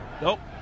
Nope